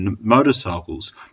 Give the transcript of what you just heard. motorcycles